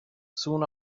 soon